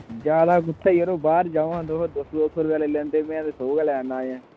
जादै कुत्थें यरो बाहर जाओ हां दो सौ दो सौ रपेआ लेई लैंदे ते में ते सौ गै लै करना अजें